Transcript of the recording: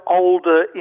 older